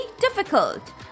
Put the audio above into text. difficult